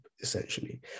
essentially